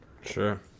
Sure